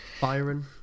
Byron